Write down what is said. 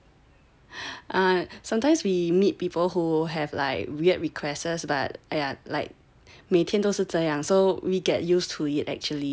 mm sometimes we meet people who have like weird requests but like 每天都是这样 so we get used to it actually